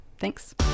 Thanks